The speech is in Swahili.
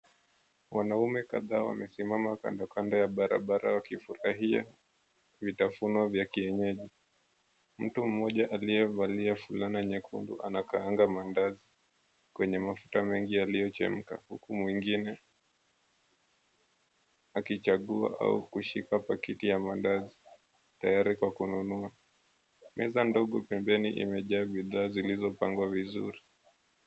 Wanaume kadhaa wamesimama kandokando ya barabara wakifurahia vitafunwa vya kienyeji. Mtu mmoja aliyevalia fulana nyekundu anakaanga maandazi kwenye mafuta mengi yaliyochemka, huku mwingine akichagua au kushika pakiti ya maandazi tayari kwa kununua. Meza ndogo pembeni imejaa bidhaa zilizopangwa vizuri.